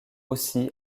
aussi